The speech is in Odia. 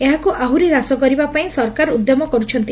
ଏହାକୁ ଆହୁରି ହ୍ରାସ କରିବା ପାଇଁ ସରକାର ଉଦ୍ୟମ କର୍ଛନ୍ତି